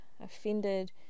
offended